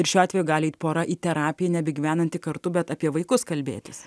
ir šiuo atveju gali eit pora į terapiją nebegyvenanti kartu bet apie vaikus kalbėtis